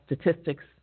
statistics